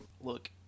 Look